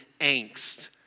angst